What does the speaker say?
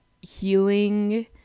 healing